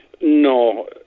No